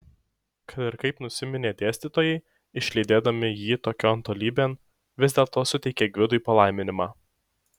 kad ir kaip nusiminė dėstytojai išlydėdami jį tokion tolybėn vis dėlto suteikė gvidui palaiminimą